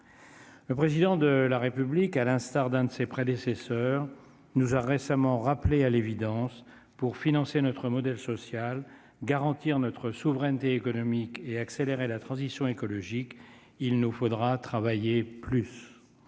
Le Président de la République, à l'instar de l'un de ses prédécesseurs, nous a récemment rappelés à l'évidence : pour financer notre modèle social, garantir notre souveraineté économique et accélérer la transition écologique, il nous faudra travailler plus.